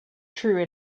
true